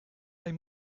mij